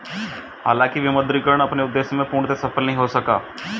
हालांकि विमुद्रीकरण अपने उद्देश्य में पूर्णतः सफल नहीं हो सका